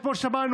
וכמו ששמענו,